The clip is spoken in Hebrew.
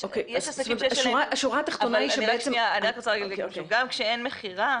יש עסקים ש- -- גם כשאין מכירה,